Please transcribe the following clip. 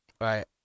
right